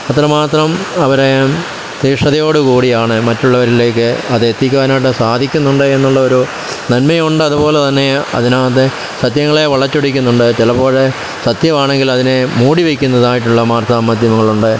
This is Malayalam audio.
അത്ര മാത്രം അവരെ തീഷ്ണതയോടു കൂടിയാണ് മറ്റുള്ളവരിലേയ്ക്ക് അത് എത്തിക്കുവാനായിട്ട് സാധിക്കുന്നുണ്ട് എന്നുള്ള ഒരു നന്മയുണ്ട് അതുപോലെ തന്നെ അതിനകത്തെ സത്യങ്ങളെ വളച്ചൊടിക്കുന്നുണ്ട് ചിലപ്പോൾ സത്യമാണെങ്കിൽ അതിനെ മൂടി വയ്ക്കുന്നതായിട്ടുള്ള വാർത്ത മാധ്യമങ്ങളുണ്ട്